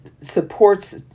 supports